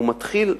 הוא מתחיל,